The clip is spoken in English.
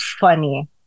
funny